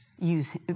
use